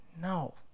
no